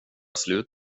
slut